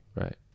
Right